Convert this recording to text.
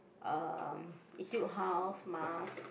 um Etude-House mask